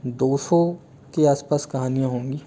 दो सौ के आसपास कहानियाँ होंगी